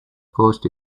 closed